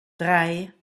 drei